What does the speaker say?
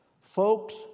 Folks